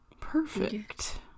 Perfect